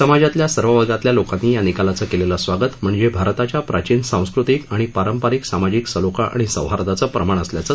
समाजातल्या सर्व वर्गांतील लोकांनी या निकालाचं केलेलं स्वागत म्हणजे भारताच्या प्राचीन सांस्कृतिक आणि पारंपारिक सामाजिक सलोखा आणि सौहार्दाचं प्रमाण असल्याचं त्यांनी म्हटलं आहे